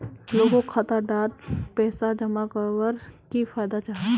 लोगोक खाता डात पैसा जमा कवर की फायदा जाहा?